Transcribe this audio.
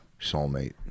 soulmate